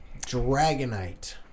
Dragonite